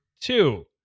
two